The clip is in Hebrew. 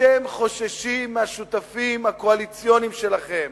אתם חוששים מהשותפים הקואליציוניים שלכם.